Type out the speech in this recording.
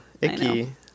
icky